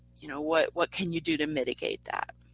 you know, what, what can you do to mitigate that?